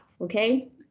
okay